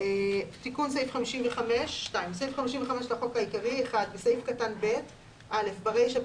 תיקון סעיף 552. בסעיף 55 לחוק העיקרי - בסעיף קטן (ב) - ברישה,